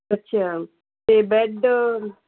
ਅੱਛਾ ਅਤੇ ਬੈੱਡ